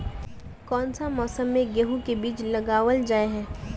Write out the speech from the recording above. कोन सा मौसम में गेंहू के बीज लगावल जाय है